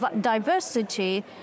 diversity